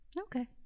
Okay